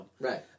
Right